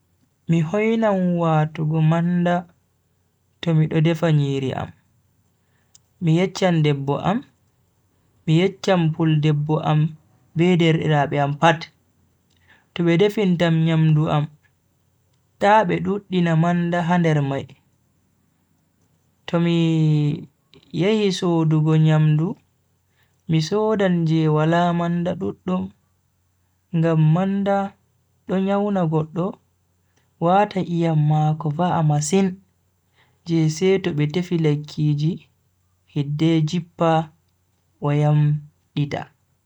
Mi hoinan watugo manda to mi do defa nyiri am. Mi yecchan debbo am, mi yecchan puldebbo am be derdiraabe am pat, to be defintam nyamdu am ta be duddina manda ha nder mai. To mi yehi sodugo nyamdu mi sodan je wala manda duddum ngam manda do nyawna goddo wata iyam mako va'a masin je seto be tefi lekkiji hidde jippa o yamdita.